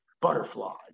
butterflies